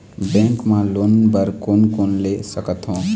Bank मा loan बर कोन कोन ले सकथों?